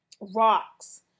rocks